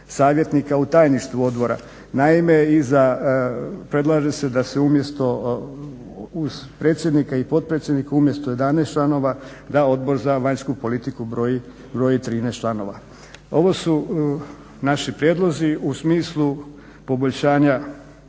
u tajništvu odbora. Naime, predlaže se da se uz predsjednika i potpredsjednika umjesto 11 članova da Odbor za vanjsku politiku broji 13 članova. Ovo su naši prijedlozi u smislu poboljšanja